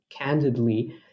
candidly